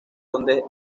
donde